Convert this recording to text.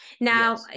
Now